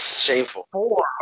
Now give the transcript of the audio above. Shameful